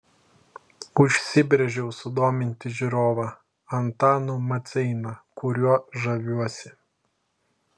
užsibrėžiau sudominti žiūrovą antanu maceina kuriuo žaviuosi